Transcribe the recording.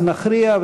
אז נכריע,